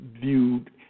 viewed